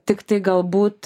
tiktai galbūt